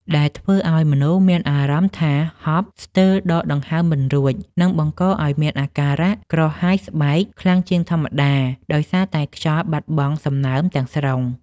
ដែលធ្វើឱ្យមនុស្សមានអារម្មណ៍ថា ហប់ ស្ទើរដកដង្ហើមមិនរួច និងបង្កឱ្យមានអាការៈ ក្រហាយស្បែក ខ្លាំងជាងធម្មតា ដោយសារតែខ្យល់បាត់បង់សំណើមទាំងស្រុង។